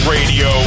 Radio